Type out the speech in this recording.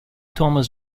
thomas